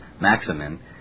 maximin